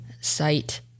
site